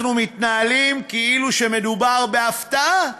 אנחנו מתנהלים כאילו מדובר בהפתעה: